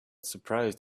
surprised